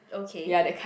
okay